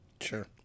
Sure